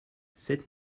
cette